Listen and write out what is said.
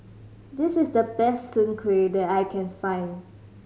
this is the best Soon Kueh that I can find